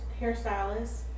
hairstylist